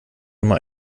immer